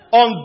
on